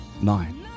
Nine